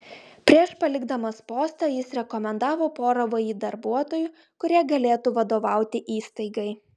prieš palikdamas postą jis rekomendavo porą vį darbuotojų kurie galėtų vadovauti įstaigai